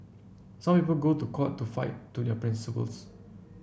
some people go to court to fight to their principles